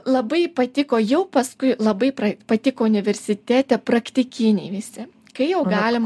labai patiko jau paskui labai pra patiko universitete praktikiniai visi kai jau galim